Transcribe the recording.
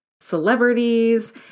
celebrities